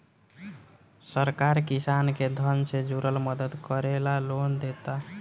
सरकार किसान के धन से जुरल मदद करे ला लोन देता